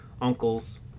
uncles